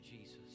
Jesus